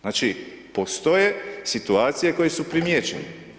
Znači, postoje situacije koje su primijećene.